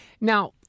now